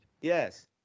Yes